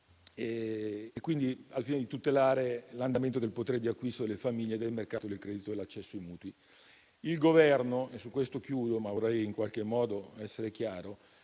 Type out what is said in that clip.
- al fine di tutelare l'andamento del potere d'acquisto delle famiglie, del mercato del credito e l'accesso ai mutui. Il Governo - su questo concludo, ma vorrei essere chiaro